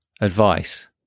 advice